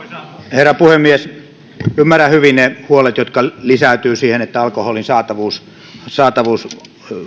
herra puhemies ymmärrän hyvin ne huolet jotka lisääntyvät siihen liittyen että alkoholin saatavuus saatavuus